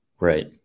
Right